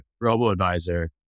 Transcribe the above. robo-advisor